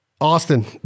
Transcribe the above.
Austin